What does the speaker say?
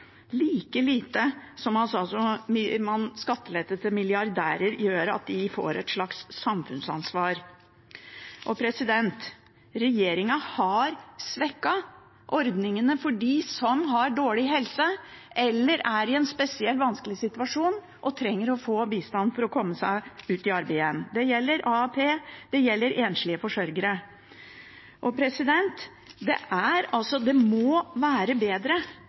like lite som skattelette til milliardærer gjør at de får et slags samfunnsansvar. Regjeringen har svekket ordningene for dem som har dårlig helse, eller som er i en spesielt vanskelig situasjon og trenger bistand for å komme seg ut i arbeid igjen. Det gjelder AAP, det gjelder enslige forsørgere. Det må være bedre